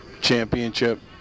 Championship